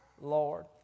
Lord